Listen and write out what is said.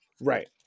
Right